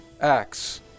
acts